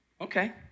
Okay